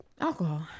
alcohol